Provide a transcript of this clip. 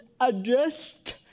addressed